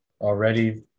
already